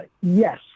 yes